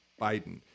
Biden